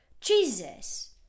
Jesus